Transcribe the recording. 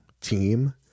team